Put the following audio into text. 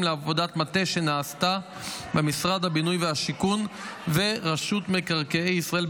לעבודת מטה שנעשתה במשרד הבינוי והשיכון ורשות מקרקעי ישראל,